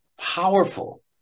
powerful